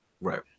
right